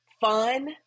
fun